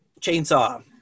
Chainsaw